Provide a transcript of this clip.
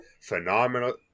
phenomenal